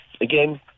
again